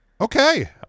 Okay